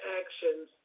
actions